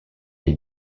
les